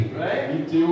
right